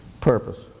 purpose